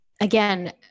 again